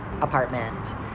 apartment